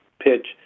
pitch